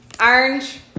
orange